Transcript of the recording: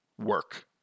work